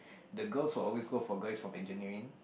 the girls will always go for guys from engineering